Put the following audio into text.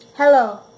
Hello